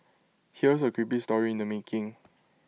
here's A creepy story in the making